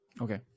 Okay